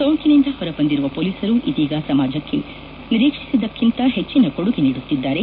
ಸೋಂಕಿನಿಂದ ಹೊರಬಂದಿರುವ ಪೋಲಿಸರು ಇದೀಗ ಸಮಾಜಕ್ಕೆ ನಿರೀಕ್ಷಿಸಿದಕ್ಕಿಂತ ಹೆಚ್ಚಿನ ಕೊಡುಗೆ ನೀಡುತ್ತಿದ್ದಾರೆ